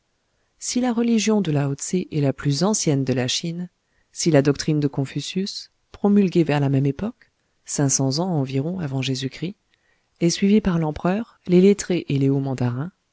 si la religion de lao tsé est la plus ancienne de la chine si la doctrine de confucius promulguée vers la même époque est suivie par l'empereur les lettrés et les hauts mandarins